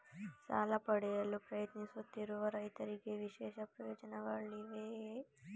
ಸಾಲ ಪಡೆಯಲು ಪ್ರಯತ್ನಿಸುತ್ತಿರುವ ರೈತರಿಗೆ ವಿಶೇಷ ಪ್ರಯೋಜನಗಳಿವೆಯೇ?